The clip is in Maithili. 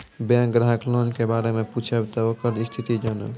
बैंक ग्राहक लोन के बारे मैं पुछेब ते ओकर स्थिति जॉनब?